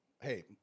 Hey